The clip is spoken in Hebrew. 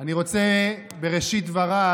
אני רוצה בראשית דבריי